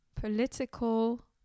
political